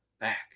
back